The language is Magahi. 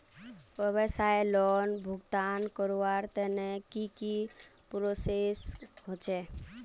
व्यवसाय लोन भुगतान करवार तने की की प्रोसेस होचे?